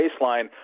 baseline